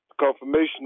Confirmation